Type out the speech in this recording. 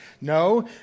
no